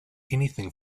anything